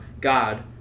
God